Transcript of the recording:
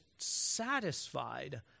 satisfied